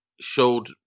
showed